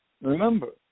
remember